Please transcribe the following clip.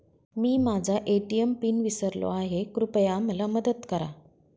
मी माझा ATM pin विसरलो आहे, कृपया मला मदत करा